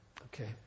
Okay